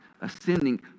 ascending